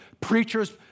preacher's